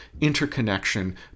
interconnection